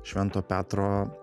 švento petro